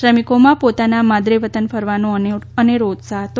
શ્રમિકોમાં પોતાના માદરેવતન ફરવાનો અનેરો ઉત્સાહ હતો